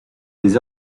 les